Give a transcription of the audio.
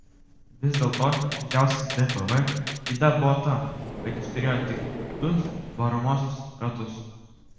vis dėl to didžiausia dpv yda buvo ta kad jis turėjo tik du varomuosius ratus